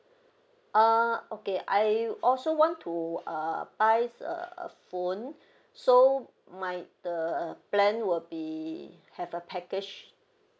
uh okay I also want to uh buys a phone so my the plan will be have a package